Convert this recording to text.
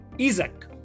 Isaac